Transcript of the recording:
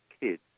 kids